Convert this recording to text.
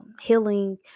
healing